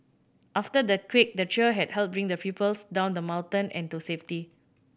after the quake the trio had helped bring the pupils down the mountain and to safety